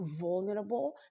vulnerable